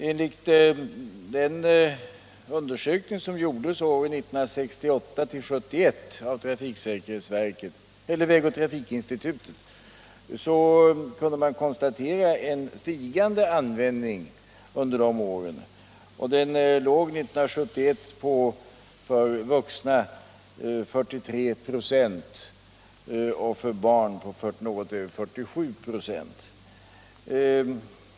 Enligt den undersökning som gjordes åren 1968-1971 av vägoch trafikinstitutet kunde man konstatera en stigande användning under de åren. År 1971 använde 43 96 av de vuxna och något mer än 47 96 av barnen reflexanordning.